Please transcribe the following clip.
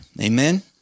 Amen